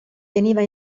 veniva